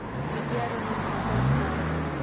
విద్యా ఋణం ఎంత ఇస్తారు?